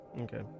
Okay